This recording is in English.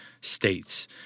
states